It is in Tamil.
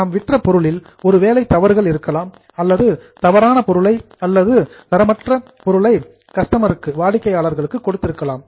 நாம் விற்ற பொருளில் ஒரு வேளை தவறுகள் இருக்கலாம் அல்லது தவறான பொருளை அல்லது புவர் குவாலிட்டி தரமற்ற பொருளை கஸ்டமர் வாடிக்கையாளர்களுக்கு கொடுத்திருக்கலாம்